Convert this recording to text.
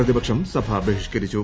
പ്രതിപക്ഷം സഭ ബഹിഷ്കരിച്ചു